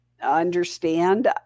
understand